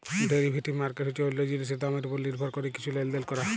derivative market হছে অল্য জিলিসের দামের উপর লির্ভর ক্যরে কিছু লেলদেল ক্যরা